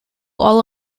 all